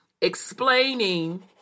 explaining